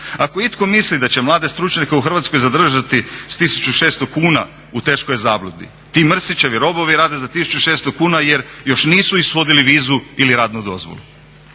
Ako itko misli da će mlade stručnjake u Hrvatskoj zadržati sa 1600 kuna u teškoj je zabludi. Ti Mrsićevi robovi rade za 1600 kuna jer još nisu ishodili vizu ili radnu dozvolu.